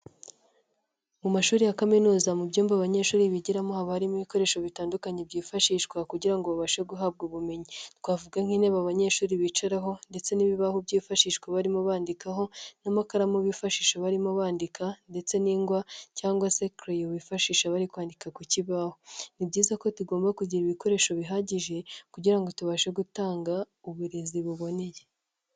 Mu mashuri ya kaminuza mu byumba abanyeshuri bigiramo haba harimo ibikoresho bitandukanye byifashishwa kugira ngo babashe guhabwa ubumenyi, twavuga nk'intebe abanyeshuri bicaraho ndetse n'ibibaho byifashishwa barimo bandikaho n'amakaramu bifashisha barimo bandika ndetse n'ingwa cyangwa se kereyo wifashisha bari kwandika ku kibaho, ni byiza ko tugomba kugira ibikoresho bihagije kugirango ngo tubashe gutanga uburezi buboneye.